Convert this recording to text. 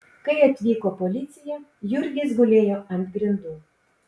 kai atvyko policija jurgis gulėjo ant grindų